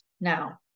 now